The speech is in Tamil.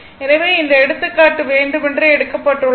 எனவே இந்த எடுத்துக்காட்டு வேண்டுமென்றே எடுக்கப்பட்டுள்ளது